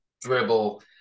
dribble